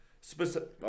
specific